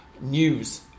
news